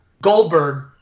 Goldberg